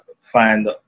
find